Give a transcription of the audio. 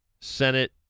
Senate